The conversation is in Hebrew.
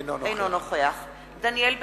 אינו נוכח דניאל בן-סימון,